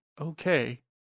okay